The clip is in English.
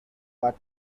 but